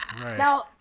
Now